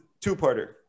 Two-parter